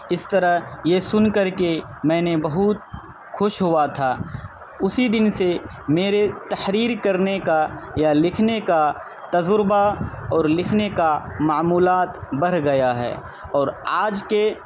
اس طرح یہ سن کر کے میں نے بہت خوش ہوا تھا اسی دن سے میرے تحریر کرنے کا یا لکھنے کا تجربہ اور لکھنے کا معمولات بڑھ گیا ہے اور آج کے